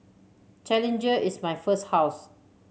challenger is my first house